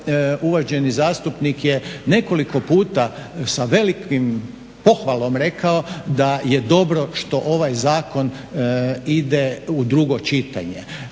uvaženi zastupnik je nekoliko puta sa velikom pohvalom rekao da je dobro što ovaj zakon ide u drugo čitanje.